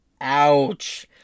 Ouch